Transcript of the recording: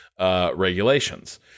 regulations